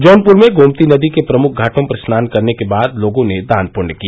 जौनपुर में गोमती नदी के प्रमुख घाटों पर स्नान करने के बाद लोगों ने दान पुण्य किया